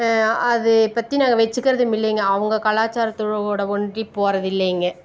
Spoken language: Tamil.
அது பற்றி நாங்கள் வெச்சுக்கிறதும் இல்லைங்க அவங்க கலாச்சாரத்தோடு வோட ஒன்றி போகிறது இல்லைங்க